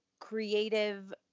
creative